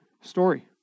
story